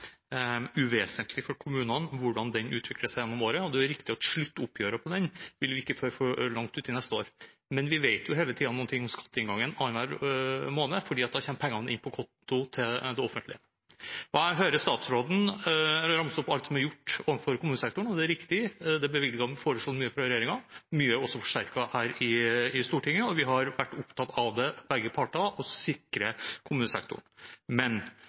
uvesentlig for kommunene hvordan de utvikler seg gjennom året, og det er riktig at sluttoppgjøret ikke foreligger før langt ut i neste år. Men vi vet hele tiden noe om skatteinngangen annenhver måned, for da kommer pengene inn på konto til det offentlige. Jeg hører statsråden ramse opp alt som er gjort overfor kommunesektoren. Og det er riktig, det ble foreslått bevilget mye fra regjeringen. Mye er også forsterket her i Stortinget, og vi har vært opptatt av det – begge parter – å sikre kommunesektoren. Men: